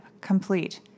complete